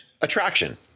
Attraction